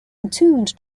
entombed